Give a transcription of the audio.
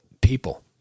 people